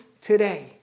today